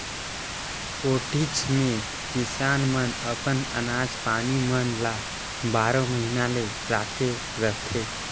कोठीच मे किसान मन अपन अनाज पानी मन ल बारो महिना ले राखे रहथे